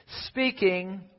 speaking